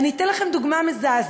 אני אתן לכם דוגמה מזעזעת: